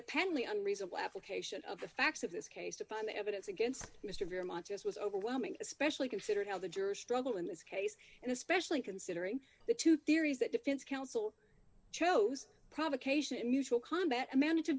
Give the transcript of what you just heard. apparently unreasonable application of the facts of this case to find the evidence against mr egremont just was overwhelming especially considering how the jury struggle in this case and especially considering the two theories that defense counsel chose provocation mutual combat manage